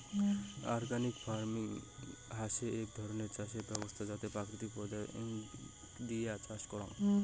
organic farming হসে এক ধরণের চাষের ব্যবছস্থা যাতে প্রাকৃতিক পদার্থ দিয়া চাষ করাং